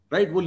Right